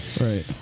Right